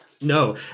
No